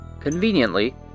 Conveniently